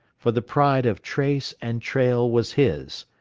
for the pride of trace and trail was his,